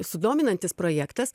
sudominantis projektas